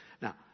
Now